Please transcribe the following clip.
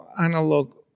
analog